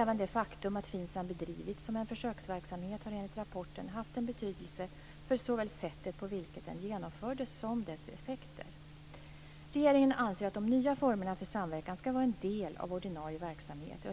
Även det faktum att FINSAM bedrivits som en försöksverksamhet har enligt rapporten haft betydelse för såväl sättet på vilket den genomfördes som dess effekter. Regeringen anser att de nya formerna för samverkan skall vara en del av ordinarie verksamhet.